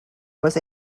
was